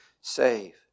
save